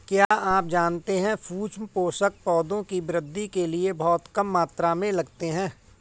क्या आप जानते है सूक्ष्म पोषक, पौधों की वृद्धि के लिये बहुत कम मात्रा में लगते हैं?